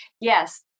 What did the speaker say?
Yes